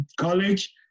college